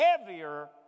heavier